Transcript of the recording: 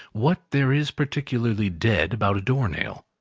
what there is particularly dead about a door-nail.